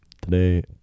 Today